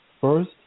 first